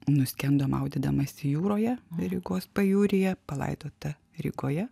nuskendo maudydamasi jūroje rygos pajūryje palaidota rygoje